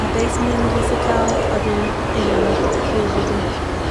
א בעיסמענט ווי ס'קאלט אדער אין א פרידשעדער.